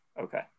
Okay